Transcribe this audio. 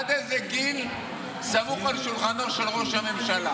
עד איזה גיל "סמוך על שולחנו" של ראש הממשלה.